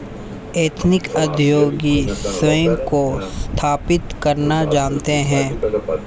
ethnic उद्योगी स्वयं को स्थापित करना जानते हैं